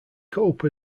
cope